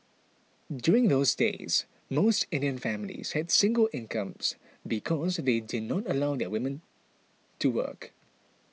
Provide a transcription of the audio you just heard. during those days most Indian families had single incomes because they did not allow their women to work